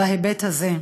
בהיבט הזה.